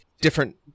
different –